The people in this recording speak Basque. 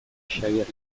xabier